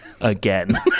Again